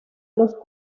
los